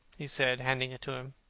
he said, handing it to him,